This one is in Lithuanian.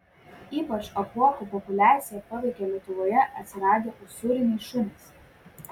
ypač apuokų populiaciją paveikė lietuvoje atsiradę usūriniai šunys